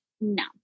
no